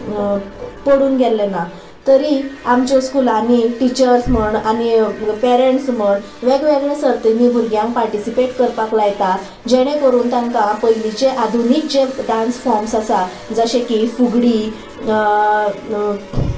पडून गेल्लें ना तरी आमच्या स्कुलांनी टिचर्स म्हण आनी पेरंट्स म्हण वेगवेगळे्या सर्तींनी भुरग्यांक पार्टिसिपेट करपाक लायता जेणे करून तांकां पयलींचे आधुनीक जे डांस फॉर्म्स आसा जशे की फुगडी